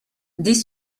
des